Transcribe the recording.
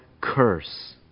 curse